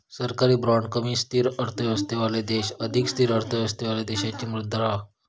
सरकारी बाँड कमी स्थिर अर्थव्यवस्थावाले देश अधिक स्थिर अर्थव्यवस्थावाले देशाची मुद्रा हा